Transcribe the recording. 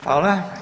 Hvala.